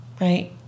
right